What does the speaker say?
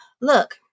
Look